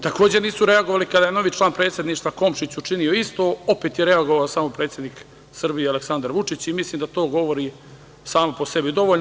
Takođe, nisu reagovali kada je novi član predsedništva Komšić učinio isto, opet je reagovao samo predsednik Srbije Aleksandar Vučić i mislim da to govori samo po sebi dovoljno.